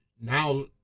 now